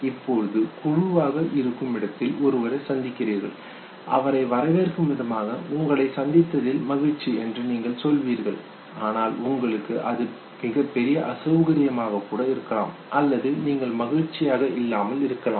இப்பொழுது குழுவாக இருக்கும் இடத்தில் ஒருவரை சந்திக்கிறீர்கள் அவரை வரவேற்கும் விதமாக "உங்களை சந்தித்ததில் மகிழ்ச்சி" என்று நீங்கள் சொல்வீர்கள் ஆனால் உங்களுக்கு அது மிகப்பெரிய அசவுகரியமாக கூட இருக்கலாம் அல்லது நீங்கள் மகிழ்ச்சியாக இல்லாமல் இருக்கலாம்